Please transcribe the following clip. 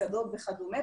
מסעדות וכדומה,